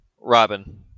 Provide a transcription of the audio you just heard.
robin